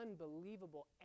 unbelievable